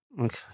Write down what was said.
okay